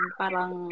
parang